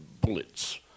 bullets